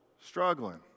struggling